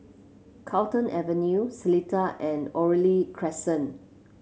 Carlton Avenue Seletar and Oriole Crescent